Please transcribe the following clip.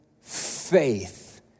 faith